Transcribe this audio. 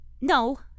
No